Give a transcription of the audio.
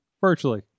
virtually